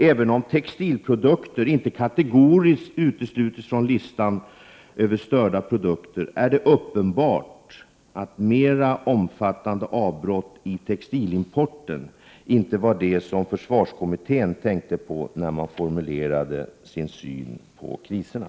Även om textilprodukter inte kategoriskt utesluts från listan över störda produkter är det uppenbart att mera omfattande avbrott i textilimporten inte var det som försvarskommittén tänkte på när man formulerade sin syn på kriserna.